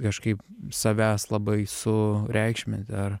kažkaip savęs labai sureikšmint ar